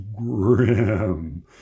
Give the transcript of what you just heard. grim